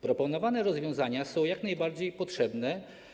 Proponowane rozwiązania są jak najbardziej potrzebne.